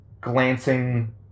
glancing